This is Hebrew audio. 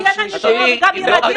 אז כן אני פה וגם ילדים שלי פה.